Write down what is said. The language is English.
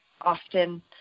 often